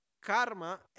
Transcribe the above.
karma